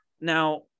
Now